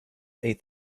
eight